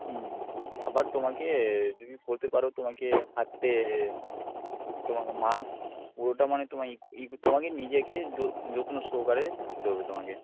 হুম আবার তোমাকে যদি পরতে পারো তোমাকে হাতে তোমাকে মাক্স পুরোটা মানে তোমায় ইকো ইক তোমাকে নিজেকে য যত্ন সহকারে থাকতে হবে তোমাকে